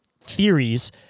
theories